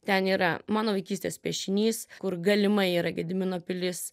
ten yra mano vaikystės piešinys kur galimai yra gedimino pilis